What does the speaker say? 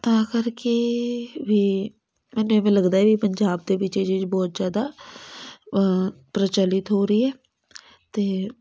ਤਾਂ ਕਰਕੇ ਵੀ ਮੈਨੂੰ ਇਵੇਂ ਲੱਗਦਾ ਹੈ ਵੀ ਪੰਜਾਬ ਦੇ ਵਿੱਚ ਇਹ ਚੀਜ਼ ਬਹੁਤ ਜ਼ਿਆਦਾ ਪ੍ਰਚਲਿਤ ਹੋ ਰਹੀ ਹੈ ਅਤੇ